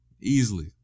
Easily